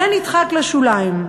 זה נדחק לשוליים,